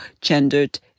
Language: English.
gendered